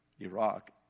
Iraq